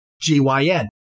G-Y-N